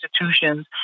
institutions